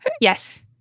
yes